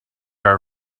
our